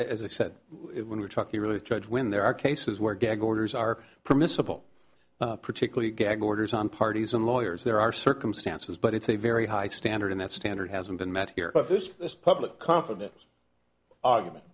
as i said when we're talking really judge when there are cases where gag orders are permissible particularly gag orders on parties and lawyers there are circumstances but it's a very high standard that standard hasn't been met here this public confidence argument